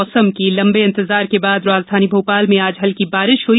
मौसम लम्बे इंतजार के बाद राजधानी भोपाल में आज हल्की बारिश हुई